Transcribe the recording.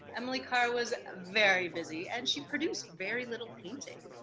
emily carr was very busy, and she produced very little painting.